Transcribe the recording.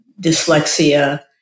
dyslexia